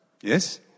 Yes